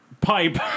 pipe